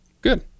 Good